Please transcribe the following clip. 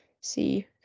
see